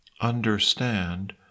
understand